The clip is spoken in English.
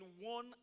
one